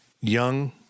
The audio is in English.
young